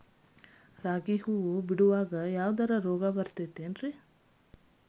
ರಾಗಿ ಹೂವು ಬಿಡುವಾಗ ಯಾವದರ ರೋಗ ಬರತೇತಿ ಏನ್?